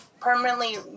permanently